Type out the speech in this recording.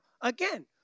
again